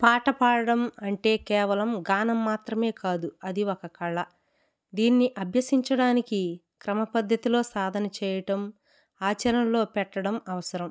పాట పాడడం అంటే కేవలం గానం మాత్రమే కాదు అది ఒక కళ దీన్ని అభ్యసించడానికి క్రమ పద్ధతిలో సాధన చేయటం ఆచరణలో పెట్టడం అవసరం